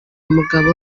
umugabo